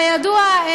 כידוע,